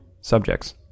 subjects